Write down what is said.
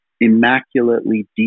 immaculately